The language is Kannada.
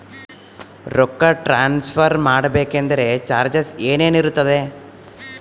ರೊಕ್ಕ ಟ್ರಾನ್ಸ್ಫರ್ ಮಾಡಬೇಕೆಂದರೆ ಚಾರ್ಜಸ್ ಏನೇನಿರುತ್ತದೆ?